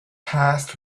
passed